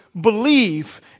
believe